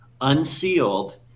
unsealed